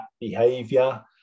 behavior